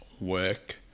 work